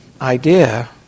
idea